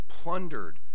plundered